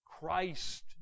Christ